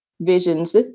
visions